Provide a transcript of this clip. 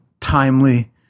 timely